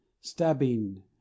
stabbing